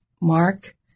Mark